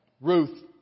Ruth